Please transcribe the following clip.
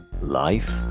Life